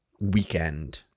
weekend